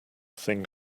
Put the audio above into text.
think